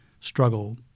struggle